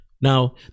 Now